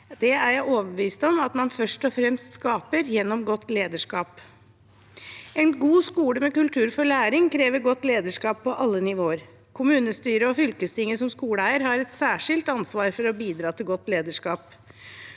er jeg overbevist om at man først og fremst skaper gjennom godt lederskap. En god skole med kultur for læring krever godt lederskap på alle nivåer. Kommunestyret og fylkestinget har som skoleeiere et særskilt ansvar for å bidra til godt lederskap.